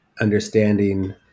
understanding